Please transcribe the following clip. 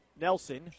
Nelson